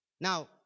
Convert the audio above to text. Now